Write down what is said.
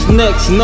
next